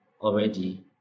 already